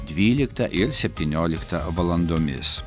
dvyliktą ir septynioliktą valandomis